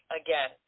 again